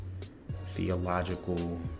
theological